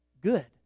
good